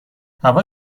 هوا